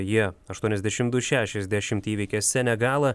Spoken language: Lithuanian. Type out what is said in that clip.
jie aštuoniasdešim du šešiasdešim įveikė senegalą